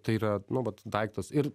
tai yra nu vat daiktas ir